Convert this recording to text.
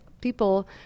people